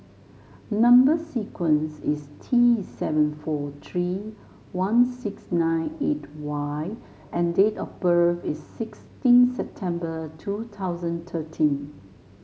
number sequence is T seven four three one six nine eight Y and date of birth is sixteen September two thousand thirteen